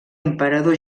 emperador